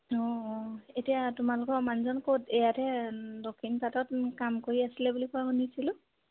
অঁ অঁ এতিয়া তোমালোকৰ মানুহজন ক'ত ইয়াতে দক্ষিণপাটত কাম কৰি আছিলে বুলি কোৱা শুনিছিলোঁ